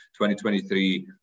2023